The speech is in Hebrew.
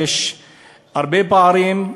ויש הרבה פערים,